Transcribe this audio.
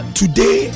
today